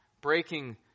breaking